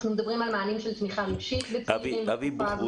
אנחנו מדברים על מענים של תמיכה רגשית --- (היו"ר מאיר כהן)